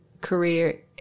career